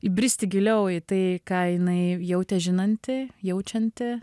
įbristi giliau į tai ką jinai jautė žinanti jaučianti